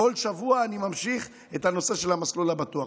כל שבוע אני ממשיך את הנושא של המסלול הבטוח.